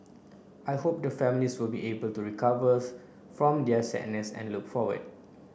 I hope the families will be able to recovers from their sadness and look forward